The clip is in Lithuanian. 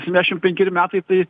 septyniasšim penkeri metai tai